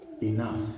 Enough